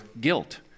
guilt